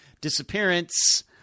disappearance –